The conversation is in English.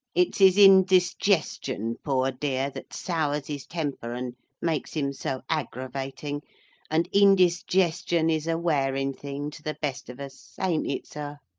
it's his indisgestion, poor dear, that sours his temper and makes him so agravating and indisgestion is a wearing thing to the best of us, ain't it, sir?